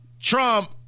Trump